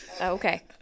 okay